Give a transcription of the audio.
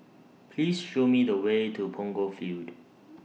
Please Show Me The Way to Punggol Field